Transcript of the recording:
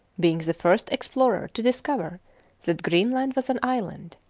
being the first explorer to discover that greenland was an island.